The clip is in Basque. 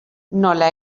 nola